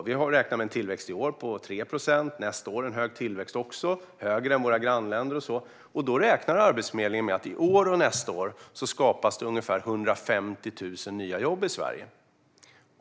Vi har räknat med en tillväxt på 3 procent i år och en hög tillväxt även nästa år, högre än våra grannländer. Arbetsförmedlingen räknar med att det i år och nästa år skapas ungefär 150 000 nya jobb i Sverige.